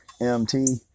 MT